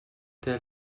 der